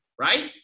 right